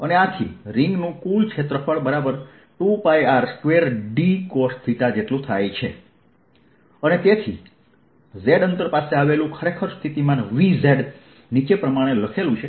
તેથી રિંગનું કુલ ક્ષેત્રફળ 2πR2d અને તેથી z અંતર પાસે આવેલું ખરેખર સ્થિતિમાન V નીચે પ્રમાણે લખેલું છે